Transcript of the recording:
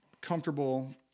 comfortable